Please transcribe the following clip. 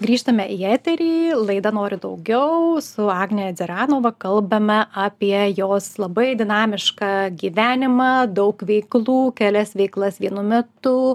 grįžtame į eterį laida nori daugiau su agne dzeranova kalbame apie jos labai dinamišką gyvenimą daug veiklų kelias veiklas vienu metu